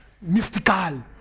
mystical